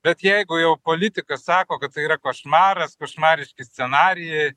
bet jeigu jau politikas sako kad tai yra košmaras košmariški scenarijai